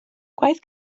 gwaith